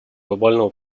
глобального